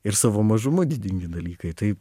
ir savo mažuma didingi dalykai tai